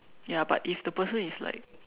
ya but if the person is like